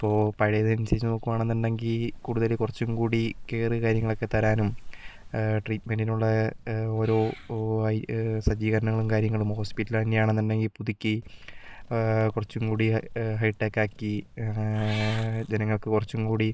ഇപ്പൊൾ പഴയത് അനുസരിച്ച് നോക്കുവാണെന്നുണ്ടെങ്കിൽ കൂടുതല് കുറച്ചും കൂടി കെയറ് കാര്യങ്ങളൊക്കെ തരാനും ട്രീട്മെൻ്റിനുള്ള ഓരോ ഒഐ സജ്ജീകരണങ്ങളും കാര്യങ്ങളും ഹോസ്പിറ്റല് തന്നെയാന്നുണ്ടെങ്കിൽ പുതുക്കി കുറച്ചും കൂടി ഹൈടെക് ആക്കി ജനങ്ങൾക്ക് കുറച്ചുംകൂടി